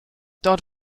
dort